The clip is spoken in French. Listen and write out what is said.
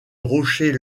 rocher